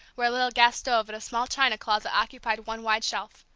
where a little gas stove and a small china closet occupied one wide shelf.